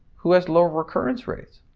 who has lower recurrence rates,